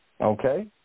Okay